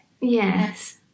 Yes